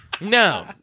no